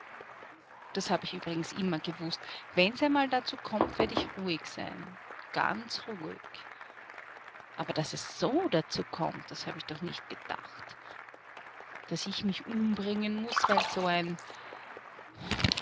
das hab ich übrigens immer gewußt wenn's einmal dazu kommt werd ich ruhig sein ganz ruhig aber daß es so dazu kommt das hab ich doch nicht gedacht daß ich mich umbringen muß weil so ein